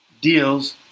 deals